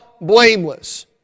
blameless